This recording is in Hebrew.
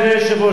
אדוני היושב-ראש,